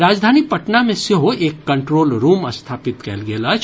राजधानी पटना मे सेहो एक कंट्रोल रूम स्थापित कयल गेल अछि